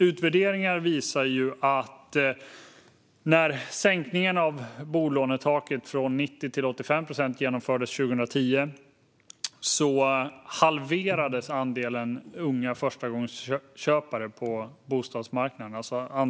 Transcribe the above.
Utvärderingar visar ju att när sänkningen av bolånetaket från 90 till 85 procent genomfördes 2010 halverades andelen bostadslån till unga förstagångsköpare på bostadsmarknaden.